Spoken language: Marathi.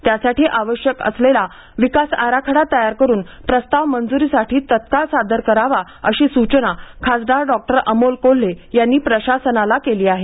त्यासाठी आवश्यक असलेला विकास आराखडा तयार करून प्रस्ताव मंजुरीसाठी तत्काळ सादर करावा अशी सूचना खासदार डॉक्टर अमोल कोल्हे यांनी प्रशासनाला केली आहे